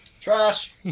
Trash